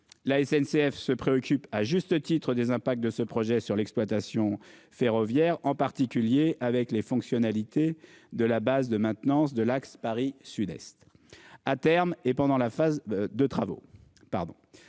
La SNCF se préoccupe à juste titre des impacts de ce projet sur l'exploitation ferroviaire en particulier avec les fonctionnalités de la base de maintenance de l'axe Paris-Sud-Est. À terme et pendant la phase de travaux